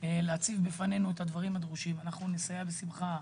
להציב בפנינו את הדברים הדרושים ואנחנו נסייע בשמחה.